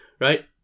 right